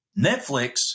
Netflix